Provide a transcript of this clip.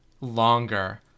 longer